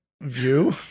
View